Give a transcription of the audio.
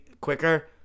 quicker